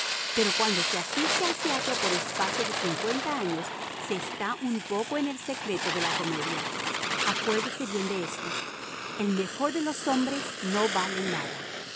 pero cuando se asiste al teatro por espacio de cincuenta años se está un poco en el secreto de la comedia acuérdese bien de esto el mejor de los hombres no vale nada